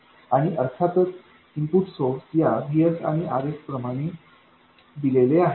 आणि अर्थातच input source या VSआणि RS प्रमाणे दिलेले आहे